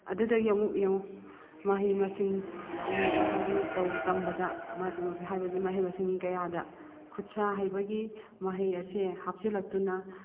ꯑꯗꯨꯗꯒꯤ ꯑꯃꯨꯛ ꯌꯦꯡꯉꯨ ꯃꯍꯩ ꯃꯁꯤꯡ ꯍꯥꯏꯗꯤ ꯇꯝꯕꯗ ꯍꯥꯏꯕꯗꯤ ꯃꯍꯩ ꯃꯁꯤꯡ ꯀꯌꯥꯗ ꯈꯨꯠ ꯁꯥ ꯍꯩꯕꯒꯤ ꯃꯍꯩ ꯑꯁꯦ ꯍꯥꯞꯆꯜꯂꯛꯇꯨꯅ